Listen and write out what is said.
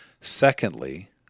Secondly